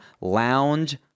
Lounge